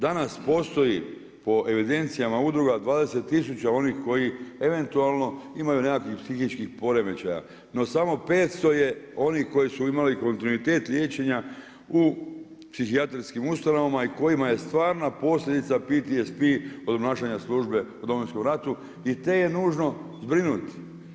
Danas postoji po evidencijama udruga 20 tisuća onih koji eventualno imaju nekakvih psihičkih poremećaja no samo 500 je onih koji su imali kontinuitet liječenja u psihijatrijskim ustanovama i kojima je stvarna posljedica PTSP od obnašanja službe u Domovinskom ratu i te je nužno zbrinuti.